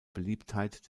beliebtheit